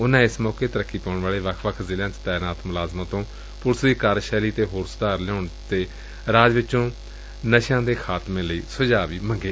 ਉਨਾਂ ਇਸ ਮੌਕੇ ਤਰੱਕੀ ਪਾਉਣ ਵਾਲੇ ਵੱਖ ਵੱਖ ਜ਼ਿਲਿਆਂ ਵਿਚ ਤਾਇਨਾਤ ਮੁਲਾਜਮਾਂ ਤੋਂ ਪੁਲਿਸ ਦੀ ਕਾਰਜਸ਼ੈਲੀ ਵਿਚ ਹੋਰ ਸੁਧਾਰ ਲਿਆਉਣ ਅਤੇ ਰਾਜ ਵਿੱਚੋਂ ਨਸ਼ਿਆਂ ਦੇ ਖਾਤਮੇ ਲਈ ਸੁਝਾਅ ਵੀ ਮੰਗੇ